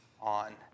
on